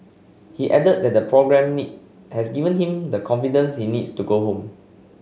he added that the programme has given him the confidence he needs to go home